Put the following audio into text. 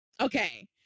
Okay